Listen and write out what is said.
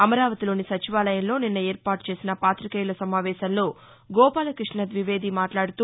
అమరావతిలోని సచివాలయంలో నిన్న ఏర్పాటు చేసిన పాతికేయుల సమావేశంలో గోపాలకృష్ణ ద్వివేది మాట్లాడుతూ